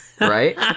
Right